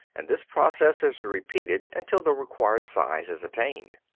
and this process is repeated until the required size is attained.